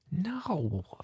No